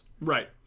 Right